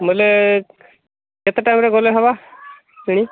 ବୋଲେ କେତେ ଟାଇମ୍ରେ ଗଲେ ହେବ କିଣି